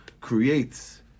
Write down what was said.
creates